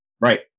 Right